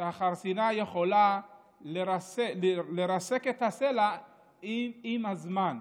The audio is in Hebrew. יכולה לרסק את הסלע עם הזמן,